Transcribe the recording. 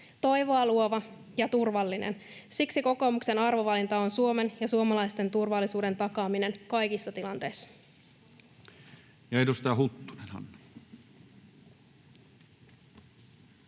toivoa luova ja turvallinen. Siksi kokoomuksen arvovalinta on Suomen ja suomalaisten turvallisuuden takaaminen kaikissa tilanteissa. [Speech 9] Speaker: